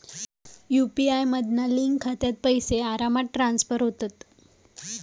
UPI मधना link खात्यात पैशे आरामात ट्रांसफर होतत